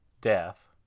death